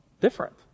different